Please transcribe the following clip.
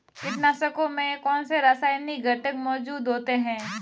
कीटनाशकों में कौनसे रासायनिक घटक मौजूद होते हैं?